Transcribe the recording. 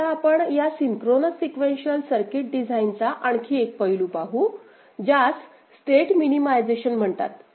आता आपण या सिंक्रोनस सिक्वेन्शिअल सर्किट डिझाइनचा आणखी एक पैलू पाहू ज्यास स्टेट मिनीमायझेशन म्हणतात